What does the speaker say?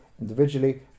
individually